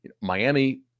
Miami